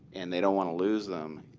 and they don't want to lose them,